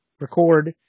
record